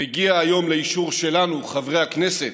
מגיע היום לאישור שלנו, חברי הכנסת,